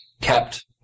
kept